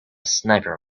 sniper